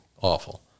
awful